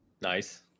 Nice